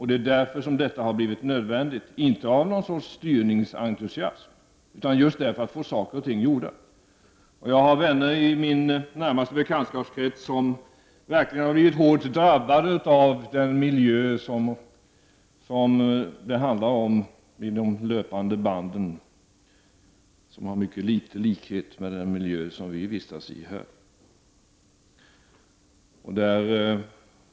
Det är därför som detta har blivit nödvändigt, inte av någon sorts styrningsentusiasm utan just för att få saker och ting gjorda. Jag har vänner i min närmaste bekantskapskrets som verkligen har blivit hårt drabbade av miljön vid det löpande bandet. Denna miljö har mycket få likheter med den miljö som vi vistas i här.